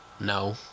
No